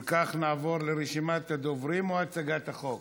אם כך, נעבור לרשימת הדוברים, או הצגת החוק?